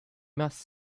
must